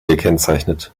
gekennzeichnet